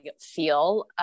feel